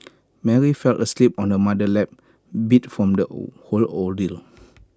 Mary fell asleep on her mother's lap beat from the whole ordeal